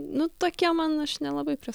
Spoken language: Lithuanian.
nu tokie man aš nelabai prie